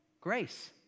Grace